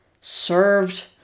served